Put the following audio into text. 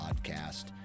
podcast